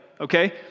okay